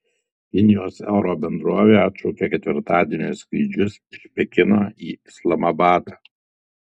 kinijos oro bendrovė atšaukė ketvirtadienio skrydžius iš pekino į islamabadą